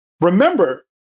Remember